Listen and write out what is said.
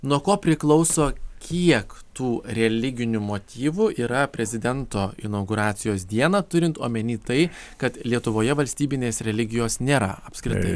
nuo ko priklauso kiek tų religinių motyvų yra prezidento inauguracijos dieną turint omeny tai kad lietuvoje valstybinės religijos nėra apskritai